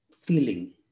feeling